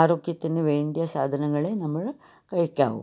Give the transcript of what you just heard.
ആരോഗ്യത്തിനു വേണ്ടിയ സാധനങ്ങൾ നമ്മൾ കഴിക്കാവൂ